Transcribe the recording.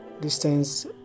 distance